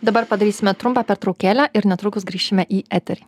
dabar padarysime trumpą pertraukėlę ir netrukus grįšime į eterį